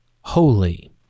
holy